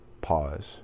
pause